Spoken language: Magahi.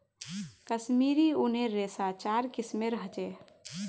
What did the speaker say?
कश्मीरी ऊनेर रेशा चार किस्मेर ह छे